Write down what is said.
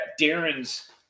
Darren's